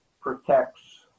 protects